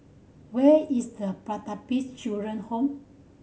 where is Pertapis Children Home